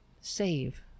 save